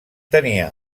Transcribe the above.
tenia